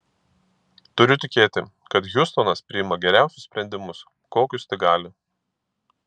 turiu tikėti kad hiustonas priima geriausius sprendimus kokius tik gali